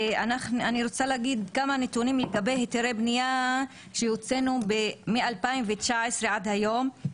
אני רוצה להגיד כמה נתונים לגבי היתרי בנייה שהוצאנו מ-2019 עד היום.